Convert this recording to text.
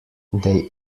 they